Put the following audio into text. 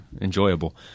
enjoyable